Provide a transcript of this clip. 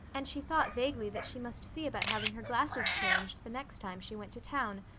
and she thought vaguely that she must see about having her glasses changed the next time she went to town,